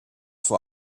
vor